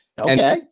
Okay